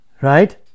Right